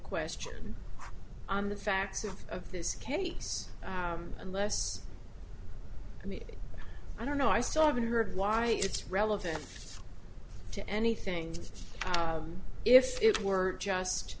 question on the facts of this case unless i mean i don't know i still haven't heard why it's relevant to anything if it were just